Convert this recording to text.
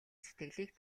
сэтгэлийг